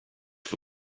for